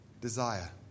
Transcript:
desire